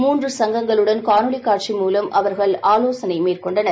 மூன்று சங்கங்களுடன் காணொளி காட்சி மூலம் அவர்கள் ஆலோசனை மேற்கொண்டனர்